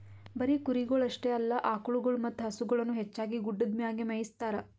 ಬರೀ ಕುರಿಗೊಳ್ ಅಷ್ಟೆ ಅಲ್ಲಾ ಆಕುಳಗೊಳ್ ಮತ್ತ ಹಸುಗೊಳನು ಹೆಚ್ಚಾಗಿ ಗುಡ್ಡದ್ ಮ್ಯಾಗೆ ಮೇಯಿಸ್ತಾರ